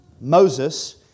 Moses